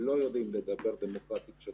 לא רק על זימון הדין אלא גם על סיכום דיון כזה,